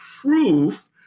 proof